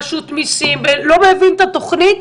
רשות המיסים לא מבין את התוכנית.